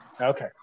Okay